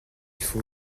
faut